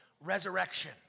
resurrection